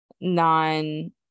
non-